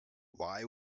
why